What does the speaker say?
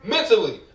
Mentally